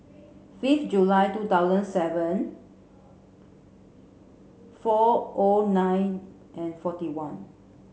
fifth July two thousand seven four O nine and forty one